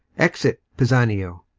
exit pisanio